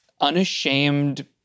unashamed